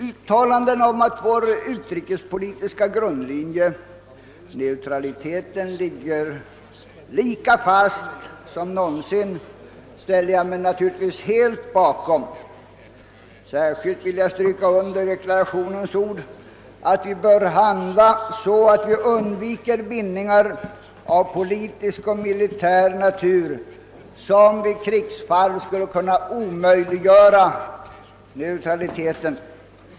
Uttalandet om att vår utrikespolitiska grundlinje, neutraliteten, ligger lika fast som någonsin, ställer jag mig naturligtvis helt bakom. Särskilt vill jag stryka under deklarationens ord att vi bör handla så, att vi undviker bindningar av politisk och militär natur som vid krigsfall skulle kunna omöjliggöra neutralitet.